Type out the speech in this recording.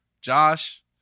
Josh